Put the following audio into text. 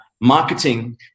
marketing